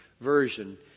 Version